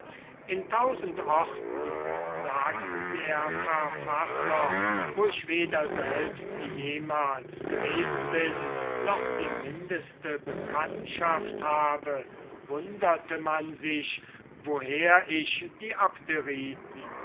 in tausend orten sagt der verfasser wo ich weder selbst jemals gewesen bin noch die mindeste bekanntschaft habe wunderte man sich woher ich die